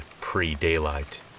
pre-daylight